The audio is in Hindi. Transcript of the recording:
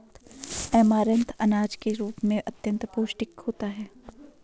ऐमारैंथ अनाज के रूप में अत्यंत पौष्टिक होता है